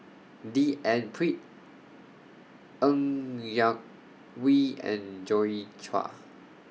D N Pritt Ng Yak Whee and Joi Chua